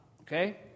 okay